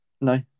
No